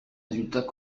résultat